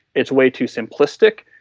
it's way too simplistic.